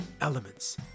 elements